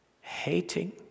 Hating